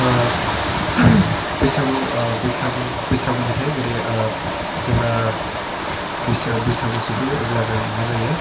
बैसागु बैसागु बैसागु मेथाइ जेरै जेब्ला बैसागु बैसागु सफैयो अब्ला जों मा जायो